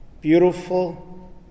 beautiful